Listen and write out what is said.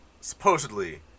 Supposedly